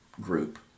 group